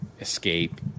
escape